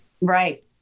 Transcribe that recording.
Right